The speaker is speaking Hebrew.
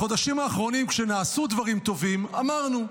בחודשים האחרונים, כשנעשו דברים טובים, אמרנו: